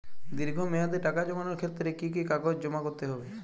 দীর্ঘ মেয়াদি টাকা জমানোর ক্ষেত্রে কি কি কাগজ জমা করতে হবে?